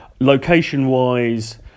Location-wise